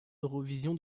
eurovision